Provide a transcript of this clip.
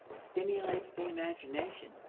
stimulates the imagination.